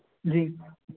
जी